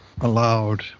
allowed